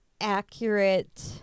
accurate